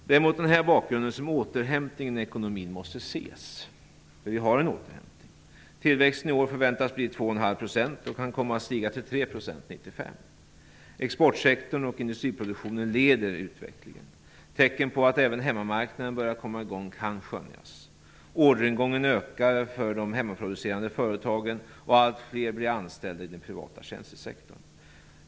Det är mot den här bakgrunden som återhämtningen i ekonomin måste ses. Vi har en återhämntning. Tillväxten i år förväntas bli 2,5 % och kan komma att stiga till 3 % 1995. Exportsektorn och industriproduktionen leder utvecklingen. Tecken på att även hemmamarknaden börjar komma i gång kan skönjas. Orderingången ökar för de hemmaproducerande företagen, och allt fler blir anställda i den privata tjänstesektorn.